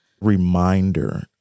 reminder